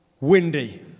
windy